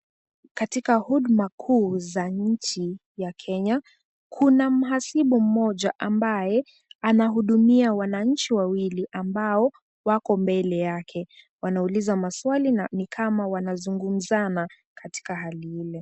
Katika huduma kuu za nchi ya Kenya, kuna mhasibu mmoja ambaye anahudumia wananchi wawili ambao wako mbele yake. Wanauliza maswali na ni kama wanazungumzana katika hali ile.